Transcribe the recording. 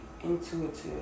intuitive